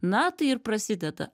na tai ir prasideda